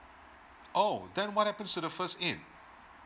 oh then what happens to the first in